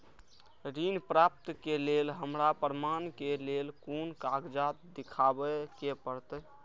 ऋण प्राप्त के लेल हमरा प्रमाण के लेल कुन कागजात दिखाबे के परते?